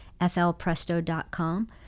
flpresto.com